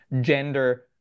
gender